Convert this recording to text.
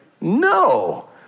No